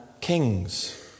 kings